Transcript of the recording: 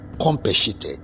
compensated